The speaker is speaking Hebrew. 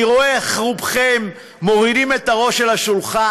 אני רואה איך רובכם מורידים את הראש אל השולחן,